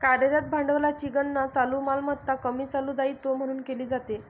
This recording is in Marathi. कार्यरत भांडवलाची गणना चालू मालमत्ता कमी चालू दायित्वे म्हणून केली जाते